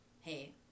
hey